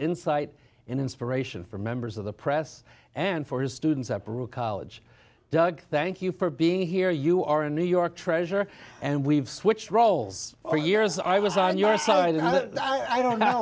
insight and inspiration for members of the press and for his students at brook college doug thank you for being here you are a new york treasure and we've switched roles for years i was on your side and i don't now